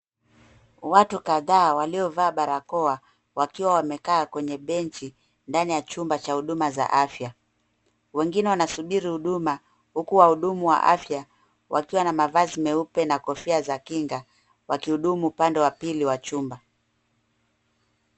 Watu kadhaa waliovaa barakoa wakiwa wamekaa kwenye bench ndani ya chumba cha huduma za afya. Wengine wanasubiri huduma huku wahudumu wa afya wakiwa na mavazi meupe na kofia za kinga ,wakihudumu upande wa pili wa chumba.